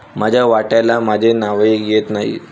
माझ्या वाट्याला माझे नावही येत नाही